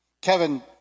Kevin